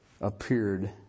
appeared